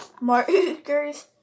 markers